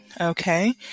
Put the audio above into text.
Okay